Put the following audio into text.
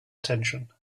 attention